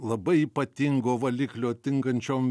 labai ypatingo valiklio tinkančiom